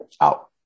out